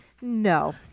no